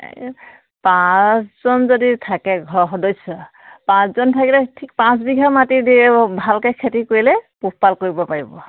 এই পাঁচজন যদি থাকে ঘৰ সদস্য পাঁচজন থাকিলে ঠিক পাঁচ বিঘা মাটি দি ভালকৈ খেতি কৰিলে পোহপাল কৰিব পাৰিব